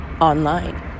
online